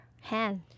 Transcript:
hand